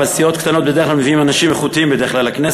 אבל סיעות קטנות בדרך כלל מביאות אנשים איכותיים לכנסת,